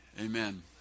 Amen